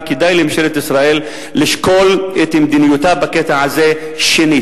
וכדאי לממשלת ישראל לשקול את מדיניותה בקטע הזה שנית.